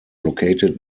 located